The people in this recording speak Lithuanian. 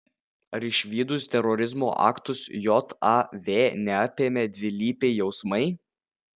ar išvydus terorizmo aktus jav neapėmė dvilypiai jausmai